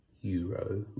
Euro